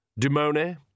Demone